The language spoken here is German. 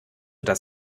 das